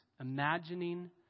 Imagining